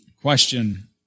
Question